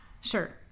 Sure